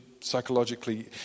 psychologically